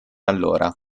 allora